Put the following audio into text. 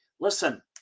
listen